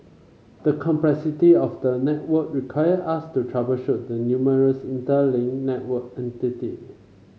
the complexity of the network required us to troubleshoot the numerous interlinked network entity